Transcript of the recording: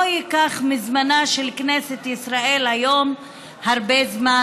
ייקח מזמנה של כנסת ישראל היום הרבה זמן,